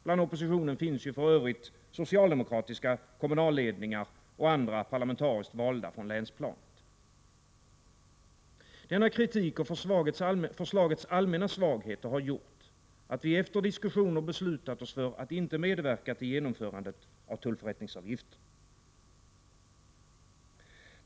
Bland oppositionen finns ju för övrigt socialdemokratiska kommunalledningar och parlamentariskt valda från länsplanet. Denna kritik och förslagets allmänna svagheter har gjort att vi efter diskussioner har beslutat oss för att inte medverka till genomförandet av tullförrättningsavgifterna.